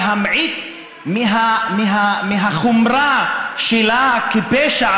להמעיט מהחומרה שלה כפשע,